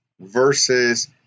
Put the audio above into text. versus